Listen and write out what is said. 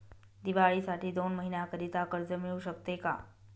दिवाळीसाठी दोन महिन्याकरिता कर्ज मिळू शकते का?